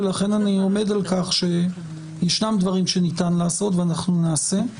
ולכן אני עומד על כך שישנם דברים שניתן לעשות ואנחנו נעשה.